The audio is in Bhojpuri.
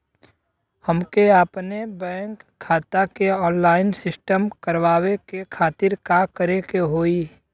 हमके अपने बैंक खाता के ऑनलाइन सिस्टम करवावे के खातिर का करे के होई?